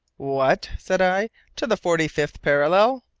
what? said i, to the forty-fifth parallel?